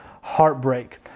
heartbreak